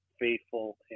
faithful